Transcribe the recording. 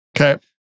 Okay